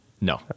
No